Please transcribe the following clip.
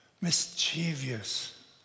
mischievous